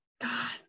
god